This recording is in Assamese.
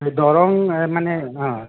দৰং মানে অঁ